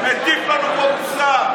חבר הכנסת אמסלם,